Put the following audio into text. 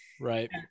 Right